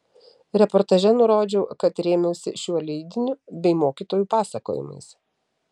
reportaže nurodžiau kad rėmiausi šiuo leidiniu bei mokytojų pasakojimais